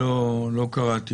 אתה רוצה להזמין חייב,